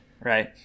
Right